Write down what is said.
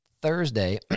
thursday